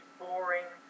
boring